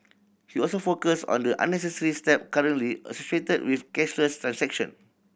he also focused on the unnecessary step currently associated with cashless transaction